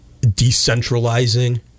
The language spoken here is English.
Decentralizing